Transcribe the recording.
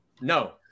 No